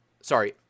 Sorry